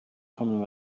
coming